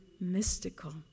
mystical